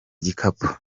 gikapu